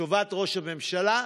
לטובת ראש הממשלה,